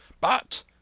But—